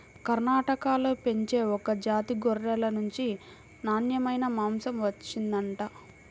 కర్ణాటకలో పెంచే ఒక జాతి గొర్రెల నుంచి నాన్నెమైన మాంసం వచ్చిండంట